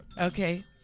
Okay